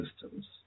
systems